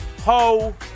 Ho